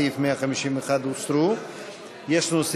נא להצביע.